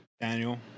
daniel